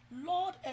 Lord